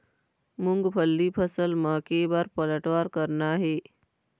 मूंगफली फसल म के बार पलटवार करना हे?